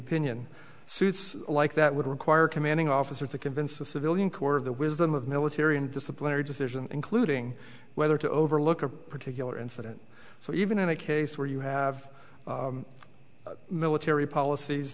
opinion suits like that would require commanding officer to convince a civilian court of the wisdom of military and disciplinary decision including whether to overlook a particular incident so even in a case where you have military policies